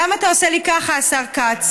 למה אתה עושה לי ככה, השר כץ?